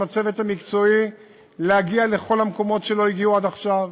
הצוות המקצועי להגיע לכל המקומות שלא הגיעו עד עכשיו,